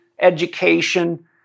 education